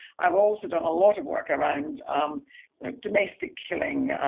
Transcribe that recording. i have also done a lot of work around domestic killing,